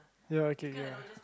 ya okay K K